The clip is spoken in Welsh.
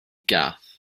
gath